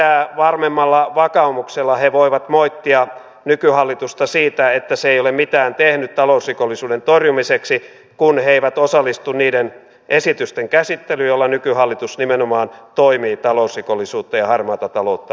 sitä varmemmalla vakaumuksella he voivat moittia nykyhallitusta siitä että se ei ole mitään tehnyt talousrikollisuuden torjumiseksi kun he eivät osallistu niiden esitysten käsittelyyn joilla nykyhallitus nimenomaan toimii talousrikollisuutta ja harmaata taloutta vastaan